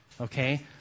Okay